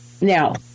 Now